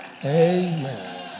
Amen